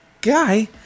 guy